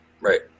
Right